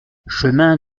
chemin